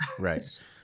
Right